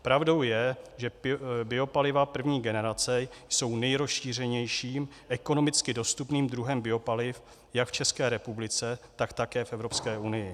Pravdou je, že biopaliva první generace jsou nejrozšířenějším, ekonomicky dostupným druhem biopaliv jak v České republice, tak také v Evropské unii.